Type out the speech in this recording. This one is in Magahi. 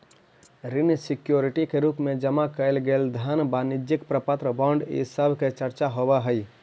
ऋण सिक्योरिटी के रूप में जमा कैइल गेल धन वाणिज्यिक प्रपत्र बॉन्ड इ सब के चर्चा होवऽ हई